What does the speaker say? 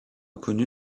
connu